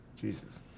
Jesus